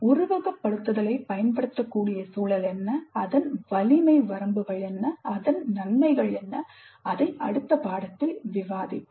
உருவகப்படுத்துதலைப் பயன்படுத்தக்கூடிய சூழல் என்ன அதன் வலிமை வரம்புகள் என்ன அதன் நன்மைகள் என்ன அதை அடுத்த பாடத்தில் விவாதிப்போம்